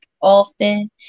often